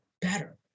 better